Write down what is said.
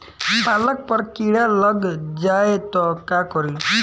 पालक पर कीड़ा लग जाए त का करी?